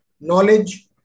knowledge